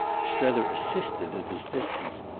strether assisted at his distance.